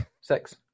Six